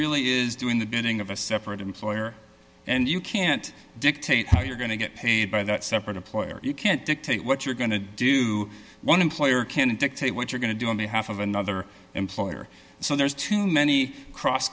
really is doing the bidding of a separate employer and you can't dictate how you're going to get paid by that separate employer you can't dictate what you're going to do one employer can dictate what you're going to do in a half of another employer so there's too many cross